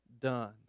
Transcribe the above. done